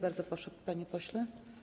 Bardzo proszę, panie pośle.